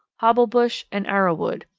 hobblebush, and arrow-wood.